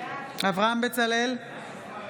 נגד ששון ששי